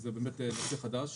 הוא נושא חדש.